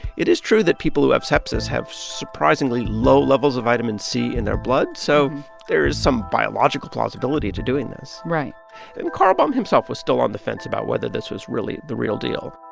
it is true that people who have sepsis have surprisingly low levels of vitamin c in their blood, so there is some biological plausibility to doing this right and carlbom himself was still on the fence about whether this was really the real deal